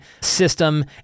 system